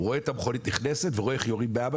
רואה את המכונית נכנסת ורואה איך יורים באבא